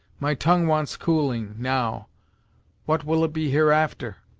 my tongue wants cooling, now what will it be hereafter?